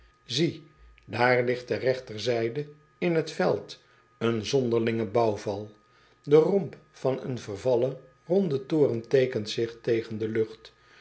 ie daar ligt ter regterzijde in het veld een zonderlinge bouwval e romp van een vervallen ronden toren teekent zich tegen de lucht